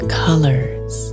colors